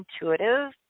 intuitive